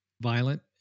violent